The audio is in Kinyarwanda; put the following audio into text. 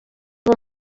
ubu